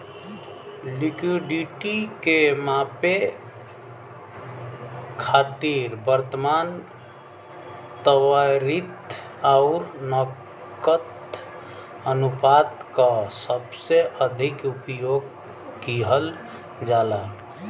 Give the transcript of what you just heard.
liquidity के मापे खातिर वर्तमान, त्वरित आउर नकद अनुपात क सबसे अधिक उपयोग किहल जाला